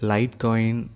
Litecoin